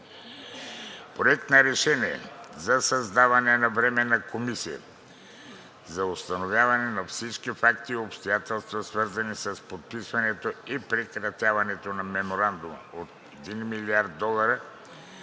Проект на решение за създаване на Временна комисия за установяване на всички факти и обстоятелства, свързани с подписването и прекратяването на Меморандума за 1 млрд. долара